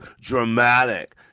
dramatic